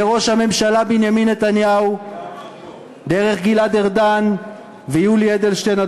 מראש הממשלה בנימין נתניהו דרך גלעד ארדן ויולי אדלשטיין,